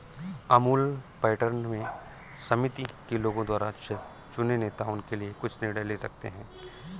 Amul pattern में समिति के लोगों द्वारा चुने नेता उनके लिए कुछ निर्णय ले सकते हैं